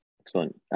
Excellent